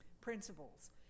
principles